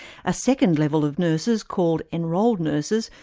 a second level of nurses, called enrolled nurses,